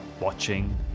Watching